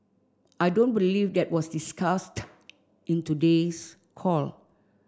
I don't believe that was discussed in today's call